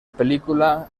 película